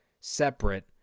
separate